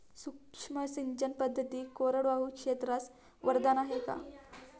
सूक्ष्म सिंचन पद्धती कोरडवाहू क्षेत्रास वरदान आहे का?